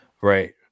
Right